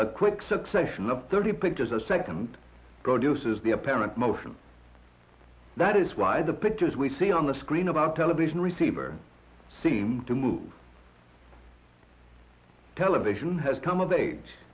like a quick succession of thirty pictures a second produces the apparent motion that is why the pictures we see on the screen about television receiver seem to move television has come of age